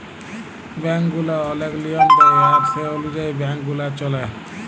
bank গুলা ওলেক লিয়ম দেয় আর সে অলুযায়ী ব্যাংক গুলা চল্যে